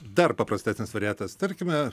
dar paprastesnis variantas tarkime